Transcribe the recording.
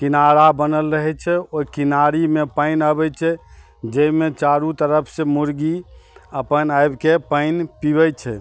किनारा बनल रहै छै ओहि किनारीमे पानि अबै छै जाहिमे चारू तरफ से मुर्गी अपन आबिके पानि पीबै छै